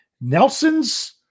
Nelson's